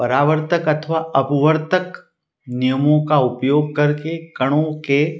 परावर्तक अथवा अपवर्तक नियमों का उपयोग करके कणों के